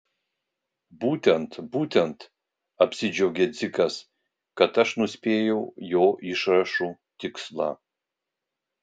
būtent būtent apsidžiaugė dzikas kad aš nuspėjau jo išrašų tikslą